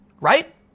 Right